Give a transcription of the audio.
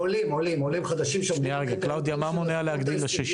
וכו', ולא לינק קטן באיזשהו